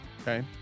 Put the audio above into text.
Okay